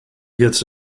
gets